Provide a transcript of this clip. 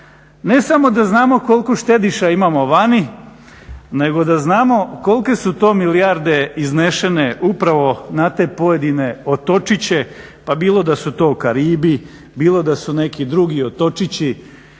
ne samo da znamo koliko štediša imamo vani, nego da znamo kolike su to milijarde iznošene upravo na te pojedine otočiće pa bilo da su to Karibi, bilo da su neki drugi otočići